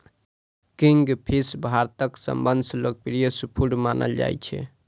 kingfish भारतक सबसं लोकप्रिय सीफूड मानल जाइ छै